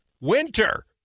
Winter